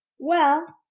well,